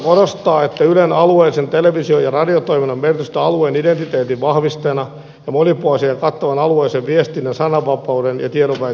valiokunta korostaa ylen alueellisen televisio ja radiotoiminnan merkitystä alueen identiteetin vahvistajana ja monipuolisen ja kattavan alueellisen viestinnän sananvapauden ja tiedonvälityksen takaajana